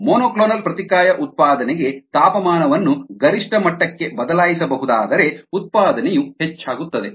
monoclonal ಪ್ರತಿಕಾಯ ಉತ್ಪಾದನೆಗೆ ತಾಪಮಾನವನ್ನು ಗರಿಷ್ಠ ಮಟ್ಟಕ್ಕೆ ಬದಲಾಯಿಸಬಹುದಾದರೆ ಉತ್ಪಾದನೆಯು ಹೆಚ್ಚಾಗುತ್ತದೆ